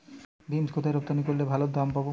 Beans কোথায় রপ্তানি করলে ভালো দাম পাব?